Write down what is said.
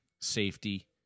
safety